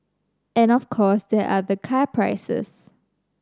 and of course there are the car prices